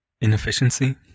inefficiency